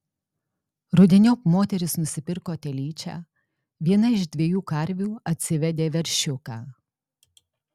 rudeniop moteris nusipirko telyčią viena iš dviejų karvių atsivedė veršiuką